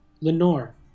Lenore